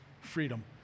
freedom